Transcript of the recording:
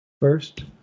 First